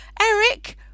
Eric